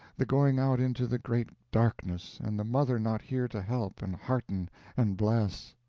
the going out into the great darkness, and the mother not here to help and hearten and bless.